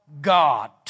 God